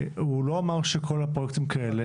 הוא לא אמר שכל הפרויקטים כאלה.